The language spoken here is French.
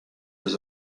jeux